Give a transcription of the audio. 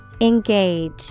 Engage